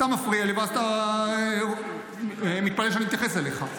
אתה מפריע לי ואז אתה מתפלא שאני מתייחס אליך.